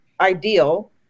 ideal